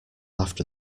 after